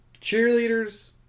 cheerleaders